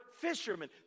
fishermen